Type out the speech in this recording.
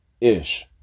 ish